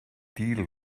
deal